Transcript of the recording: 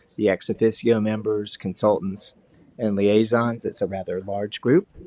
the ex officio members, consultants and liaisons, it's a rather large group,